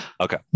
okay